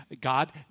God